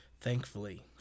Thankfully